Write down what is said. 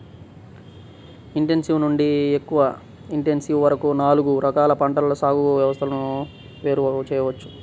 intensive నుండి ఎక్కువ intensive వరకు నాలుగు రకాల పంటల సాగు వ్యవస్థలను వేరు చేయవచ్చు